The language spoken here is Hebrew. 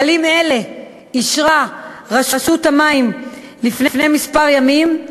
כללים אלה אישרה רשות המים לפני כמה ימים.